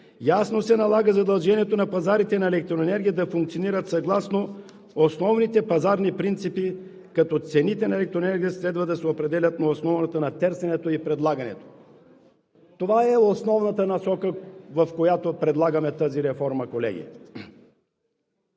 ясно се налага задължението на пазарите на електроенергия да функционират съгласно основните пазарни принципи, като цените на електроенергията следва да се определят на основата на търсенето и предлагането. Това е основната насока, в която предлагаме тази реформа, колеги.